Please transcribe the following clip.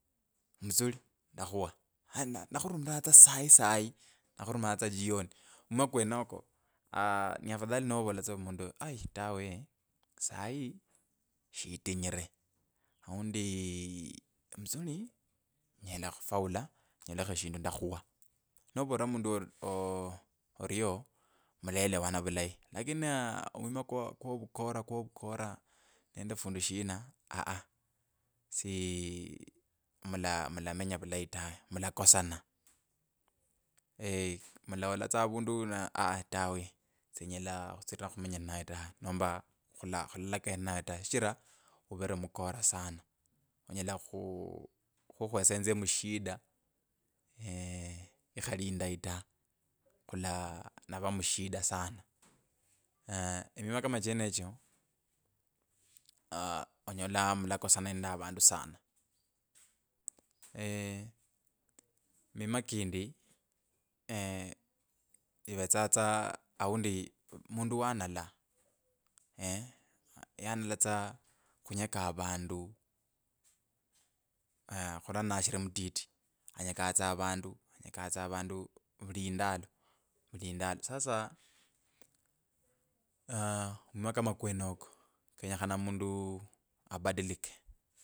Mutsuli ndakhuwa ari nakhurumira tsa sai sai nakhurumira tsa jioni mwima kwenokwo aaa ni afadhali ata novolera mundu, aii tawe sai shitinyire aundi mutsuli nyela khufaula enyolekho shindu ndakhuwa. Novolera mundu ori ooh oryo mulaelewanq vulayi. Lakini na omwima kwo kwo kukora kwo vukora nendi fundi shina aaa. as di mda mulamenya vulayi ta mlakosana. mulola avundu na aa tawe senyela khutsirira khumenya nawe tawe mambo khula khulalakaya ninawe ta shichira uvere mkora sana, onyela khukhwesa enzyme mushida lakini indai ta khula navaa mushida sana. mwima kama chenechyo aa mlakosana nende avandu sana. mima kindi eeeh ivetsa tsa aundi mundu wanala eeeh yanala tsa khunyeka avundu aaah khurula nashiri mutiti anyekaa tsa avandu, anyeka tsa avandu vuliindalo, vuliindalo. Sasa aaah mwima kama okwenoko kenyekhane mundu abadilike.